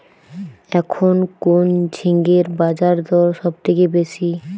এখন কোন ঝিঙ্গের বাজারদর সবথেকে বেশি?